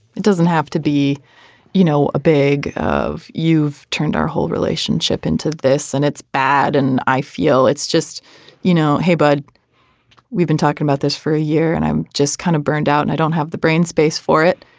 it doesn't have to be you know a big of you've turned our whole relationship into this and it's bad and i feel it's just you know hey but we've been talking about this for a year and i'm just kind of burned out and i don't have the brain space for it.